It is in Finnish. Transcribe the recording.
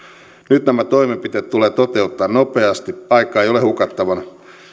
nyt nämä toimenpiteet tulee toteuttaa nopeasti aikaa ei ole hukattavana